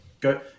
Go